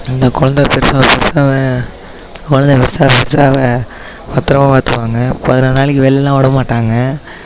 அந்த கொழந்தை பெருசாக பெருசாக கொழந்தை பெருசாக பெருசாக பத்திரமா பார்த்துக்குவாங்க பதினாறு நாளைக்கு வெளியிலலாம் விட மாட்டாங்க